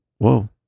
Whoa